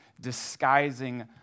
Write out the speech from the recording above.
disguising